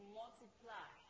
multiply